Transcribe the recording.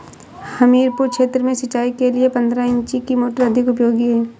हमीरपुर क्षेत्र में सिंचाई के लिए पंद्रह इंची की मोटर अधिक उपयोगी है?